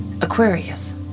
Aquarius